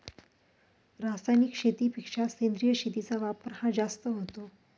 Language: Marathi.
रासायनिक शेतीपेक्षा सेंद्रिय शेतीचा वापर हा जास्त होतो